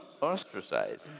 ostracized